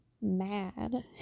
mad